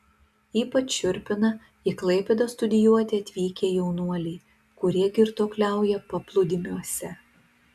ypač šiurpina į klaipėdą studijuoti atvykę jaunuoliai kurie girtuokliauja paplūdimiuose